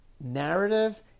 narrative